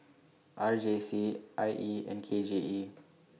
R J C I E and K J E